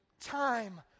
time